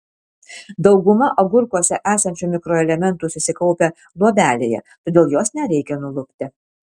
dauguma agurkuose esančių mikroelementų susikaupę luobelėje todėl jos nereikia nulupti